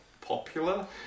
popular